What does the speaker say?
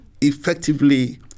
effectively